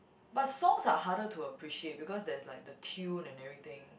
but songs are harder to appreciate because there's like the tune and everything